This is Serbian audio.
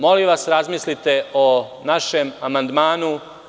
Molim vas, razmislite o našem amandmanu.